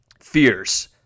fears